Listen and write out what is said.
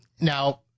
Now